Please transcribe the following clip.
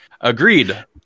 agreed